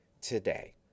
today